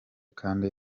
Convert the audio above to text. kandi